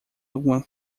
alguma